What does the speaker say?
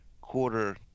quarter